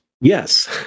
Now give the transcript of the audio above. Yes